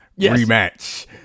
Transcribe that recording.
rematch